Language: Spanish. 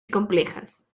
complejas